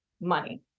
money